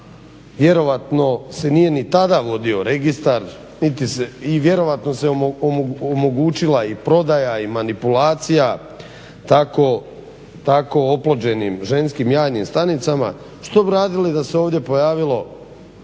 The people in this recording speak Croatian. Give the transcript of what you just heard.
vjerojatno se nije ni tada vodio registar i vjerojatno se omogućila i prodaja i manipulacija tako oplođenim ženskim jajnim stanicama, što bi radile da se ovdje pojavilo